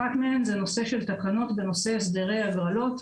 אחת מהן היא נושא תקנות בנושא הסדרי הגרלות.